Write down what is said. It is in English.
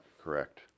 correct